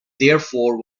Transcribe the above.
therefore